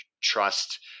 trust